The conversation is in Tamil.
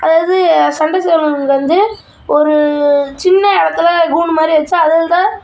அதாவது சண்டை சேவல்ங்க வந்து ஒரு சின்ன இடத்துல கூண்டுமாதிரி வெச்சு அதில் தான்